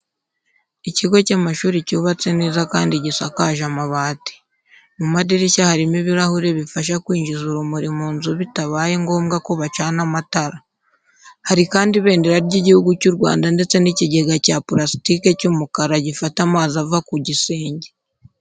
Ikigo cy'amashuri cyubatse neza kandi gisakaje amabati. Mu madirishya harimo ibirahure bifasha kwinjiza urumuri mu nzu bitabaye ngombwa ko bacana amatara. Hari kandi ibendera ry'Igihugu cy'u Rwanda ndetse n'ikigega cya purasitike cy'umukara gifata amazi ava ku gisenge.